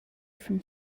from